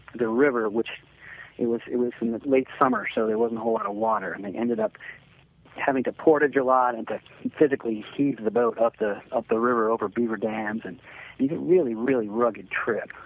the river, which it was it was in the late summer so there wasn't a whole lot of water and they ended up having to portage a lot and physically heave the boat up the up the river over beaver dams and it's a really, really rugged trip.